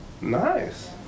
Nice